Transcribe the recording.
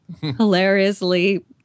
hilariously